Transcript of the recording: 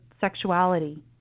sexuality